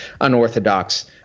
unorthodox